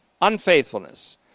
unfaithfulness